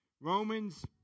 Romans